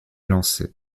lancée